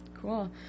Cool